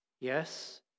yes